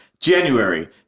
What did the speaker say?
January